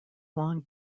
long